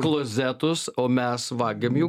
klozetus o mes vagiam jų